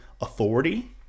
authority